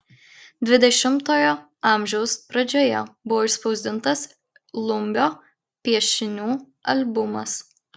dvidešimtojo amžiaus pradžioje buvo išspausdintas lumbio piešinių albumas